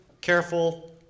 careful